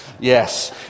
Yes